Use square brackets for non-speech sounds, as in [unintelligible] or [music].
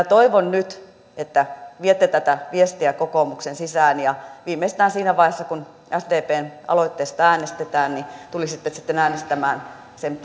[unintelligible] toivon nyt että viette tätä viestiä kokoomukseen sisään ja viimeistään siinä vaiheessa kun sdpn aloitteesta äänestetään tulisitte sitten äänestämään sen [unintelligible]